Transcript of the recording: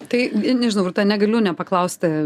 tai nežinau rūta negaliu nepaklausti